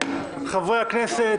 חברי הכנסת,